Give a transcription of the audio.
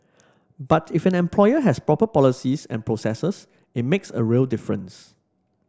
but if an employer has proper policies and processes it makes a real difference